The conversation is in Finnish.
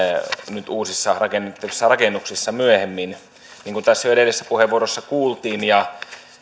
nyt uusissa rakennettavissa rakennuksissa myöhemmin niin kuin tässä jo edellisessä puheenvuorossa kuultiin ja